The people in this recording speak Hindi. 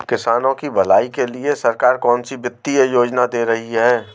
किसानों की भलाई के लिए सरकार कौनसी वित्तीय योजना दे रही है?